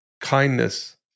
kindness